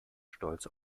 stolz